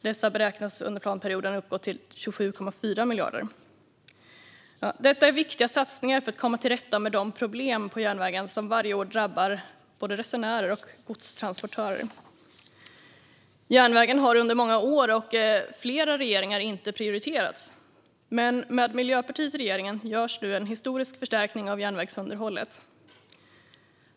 Dessa beräknas under planperioden uppgå till 27,4 miljarder. Detta är viktiga satsningar för att komma till rätta med de problem på järnvägen som varje år drabbar både resenärer och godstransportörer. Järnvägen har under många år och flera regeringar inte prioriterats, men med Miljöpartiet i regeringen görs nu en historisk förstärkning av järnvägsunderhållet.